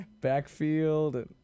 backfield